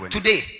Today